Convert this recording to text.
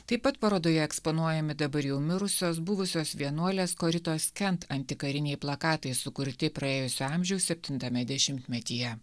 taip pat parodoje eksponuojami dabar jau mirusios buvusios vienuolės koritos kent antikariniai plakatai sukurti praėjusio amžiaus septintame dešimtmetyje